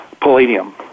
Palladium